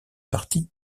partie